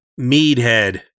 Meadhead